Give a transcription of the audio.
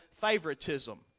favoritism